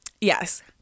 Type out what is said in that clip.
Yes